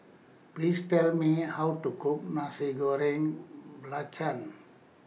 Please Tell Me How to Cook Nasi Goreng Belacan